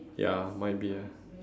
ya might be eh